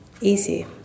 easy